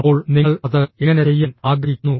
അപ്പോൾ നിങ്ങൾ അത് എങ്ങനെ ചെയ്യാൻ ആഗ്രഹിക്കുന്നു